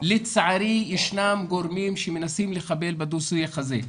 לצערי ישנם גורמים שמנסים לחבל בדו שיח הזה.